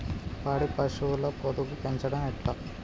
పాడి పశువుల పొదుగు పెంచడం ఎట్లా?